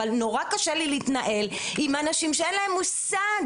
אבל נורא קשה לי להתנהל עם אנשים שאין להם מושג,